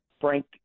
Frank